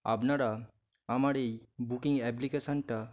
আপনারা আমার এই বুকিং অ্যাপ্লিকেশনটা